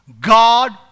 God